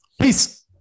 Peace